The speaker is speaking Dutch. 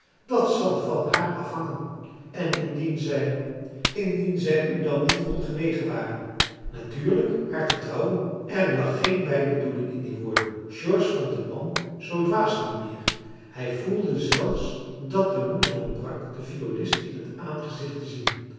dat zal van haar afhangen en indien zij indien zij u dan niet ongenegen ware natuurlijk haar te trouwen er lag geen bijbedoeling in die woorden george vond den man zoo dwaas niet meer hij voelde zelfs dat de moed hem ontbrak den violist in het aangezicht te zien